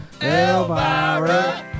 Elvira